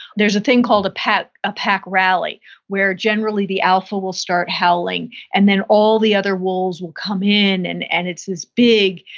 there's a thing called a pack a pack rally where generally the alpha will start howling and then all the other wolves will come in and and it's this big,